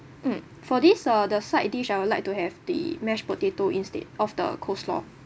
mm for this uh the side dish I would like to have the mashed potato instead of the coleslaw